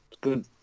good